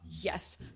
Yes